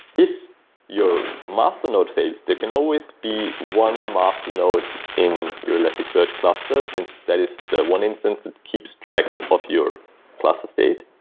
if your master node fails, there can always be one master node in your elasticsearch clusters since that is the one instance that keeps track of your cluster state.